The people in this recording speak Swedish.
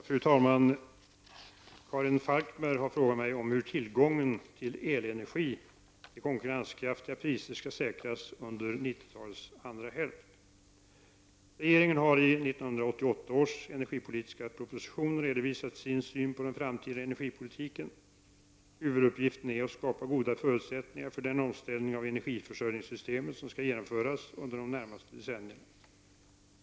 Fru talman! Karin Falkmer har frågat mig hur tillgången till elenergi till konkurrenskraftiga priser skall säkras under 1990-talets andra hälft. Regeringen har i 1988 års energipolitiska proposition redovisat sin syn på den framtida energipolitiken. Huvuduppgiften är att skapa goda förutsättningar för den omställning av energiförsörjningssystemet som skall genomföras under de närmaste decennierna.